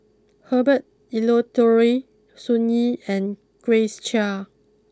Herbert Eleuterio Sun Yee and Grace Chia